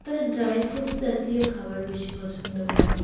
তারা dry fruits জাতীয় খাবার বেশি পছন্দ করে